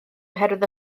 oherwydd